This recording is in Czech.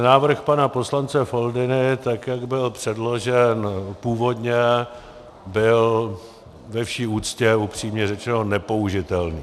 Návrh pana poslance Foldyny, tak jak byl předložen původně, byl ve vší úctě, upřímně řečeno, nepoužitelný.